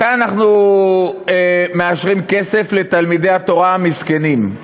מתי אנחנו מאשרים כסף לתלמידי התורה המסכנים?